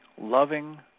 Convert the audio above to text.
loving